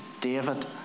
David